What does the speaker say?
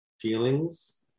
feelings